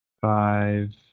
five